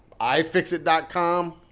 iFixit.com